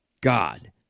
God